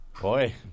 Boy